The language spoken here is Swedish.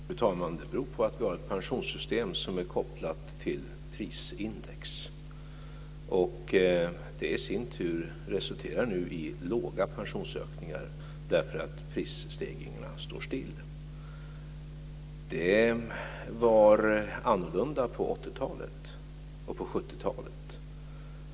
Fru talman! Det beror på att vi har ett pensionssystem som är kopplat till prisindex. Det resulterar nu i låga pensionsökningar, eftersom priserna ligger stilla. Det var annorlunda på 80-talet och på 70-talet.